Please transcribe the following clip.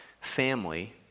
family